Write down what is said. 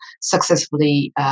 successfully